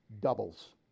doubles